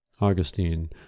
Augustine